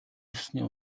ёсны